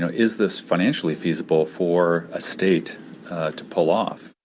so is this financially feasible for a state to pull off?